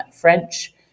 French